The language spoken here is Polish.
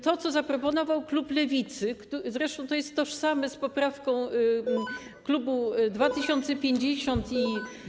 To, co zaproponował klub Lewicy, zresztą to jest tożsame z poprawką klubu 2050 i PO.